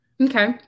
okay